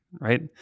right